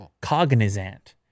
Cognizant